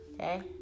okay